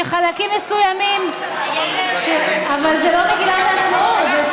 שחלקים מסוימים, אבל זה לא מגילת העצמאות.